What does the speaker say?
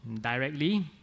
directly